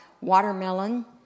watermelon